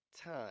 time